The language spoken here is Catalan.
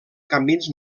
camins